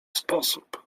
sposób